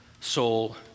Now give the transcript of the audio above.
soul